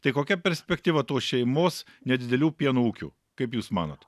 tai kokia perspektyva tos šeimos nedidelių pieno ūkių kaip jūs manot